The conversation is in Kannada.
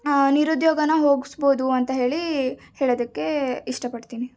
ನಿರುದ್ಯೋಗನ ಹೋಗ್ಸಬೌದು ಅಂತ ಹೇಳಿ ಹೇಳೋದಕ್ಕೆ ಇಷ್ಟಪಡ್ತೀನಿ